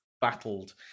battled